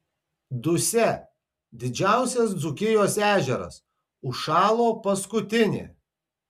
dusia didžiausias dzūkijos ežeras užšalo paskutinė